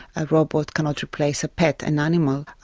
a robot cannot replace a pet, an animal.